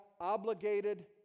obligated